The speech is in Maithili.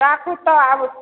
राखु तऽ आब